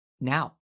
now